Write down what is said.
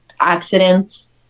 accidents